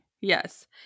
Yes